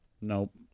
Nope